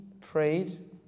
prayed